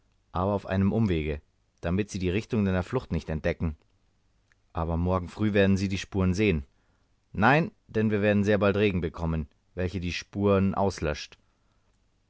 aber auf einem umwege damit sie die richtung deiner flucht nicht entdecken aber morgen früh werden sie die spuren sehen nein denn wir werden sehr bald regen bekommen welcher die spuren auslöscht